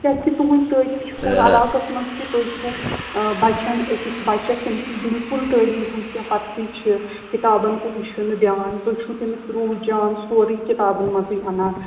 کیٛازِکہِ تُہُنٛد تٲریٖف چھُ پوٗرٕ علاقَس منٛز کہِ تُہۍ چھُو آ بَچَن أکِس بَچَس ییٚمِس نہٕ بِلکُل تعلیٖم ہُنٛد کیٚنٛہہ پتہٕ ہے چھِ کِتابَن کُن چھُنہٕ دیان تُہۍ چھُو تٔمِس رُجحان سورُے کِتابَن منٛزٕے اَنان